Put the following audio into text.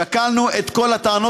שקלנו את כל הטענות,